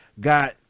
got